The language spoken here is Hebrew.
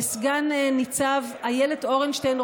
לסנ"צ איילת אורנשטיין,